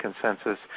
consensus